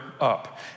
up